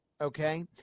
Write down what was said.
okay